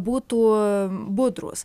būtų budrūs